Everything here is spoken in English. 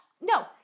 No